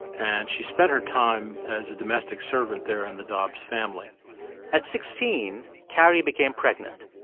and she spent her time as a domestic servant there in the dobbs family at sixteen carrie became pregnant.